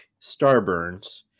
starburns